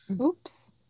oops